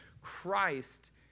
Christ